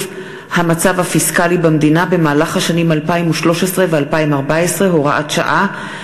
המצב הפיסקלי במדינה במהלך השנים 2013 ו-2014 (הוראת שעה),